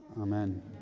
amen